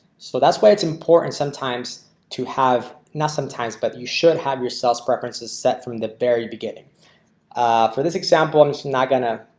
so that's why it's important sometimes to have not sometimes but you should have yourself preferences set from the very beginning for this example. i'm just not going to